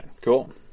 Cool